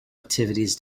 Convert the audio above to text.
activities